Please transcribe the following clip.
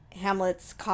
hamlet's